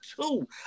two